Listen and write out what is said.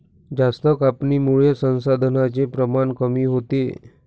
जास्त कापणीमुळे संसाधनांचे प्रमाण कमी होते